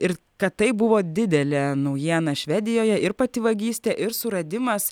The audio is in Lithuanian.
ir kad tai buvo didelė naujiena švedijoje ir pati vagystė ir suradimas